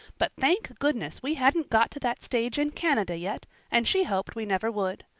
but thank goodness we hadn't got to that stage in canada yet and she hoped we never would.